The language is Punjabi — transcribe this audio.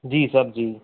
ਜੀ ਸਰ ਜੀ